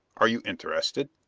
are you interested?